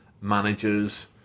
managers